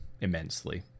immensely